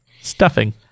Stuffing